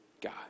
guy